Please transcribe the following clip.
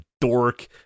dork